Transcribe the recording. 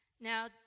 Now